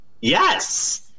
yes